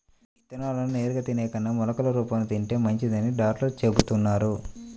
విత్తనాలను నేరుగా తినే కన్నా మొలకలు రూపంలో తింటే మంచిదని డాక్టర్లు చెబుతున్నారు